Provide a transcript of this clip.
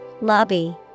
Lobby